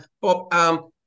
Bob